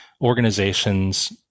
organizations